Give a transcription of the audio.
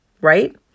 right